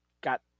got